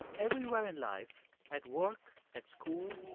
everywhere in life at work, at school.